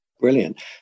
Brilliant